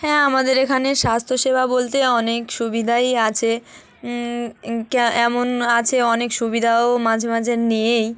হ্যাঁ আমাদের এখানে স্বাস্থ্য সেবা বলতে অনেক সুবিধাই আছে এমন আছে অনেক সুবিধাও মাঝে মাঝে নেই